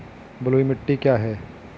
बलुई मिट्टी क्या है?